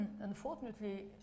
unfortunately